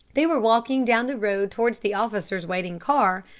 they were walking down the road towards the officers' waiting car,